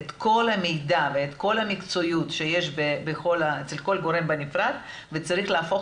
את כל המידע ואת כל המקצועיות שיש אצל כל גורם בנפרד וצריך להפוך